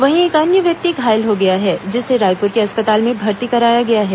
वहीं एक अन्य व्यक्ति घायल हो गया है जिसे रायपुर के अस्पताल में भर्ती कराया गया है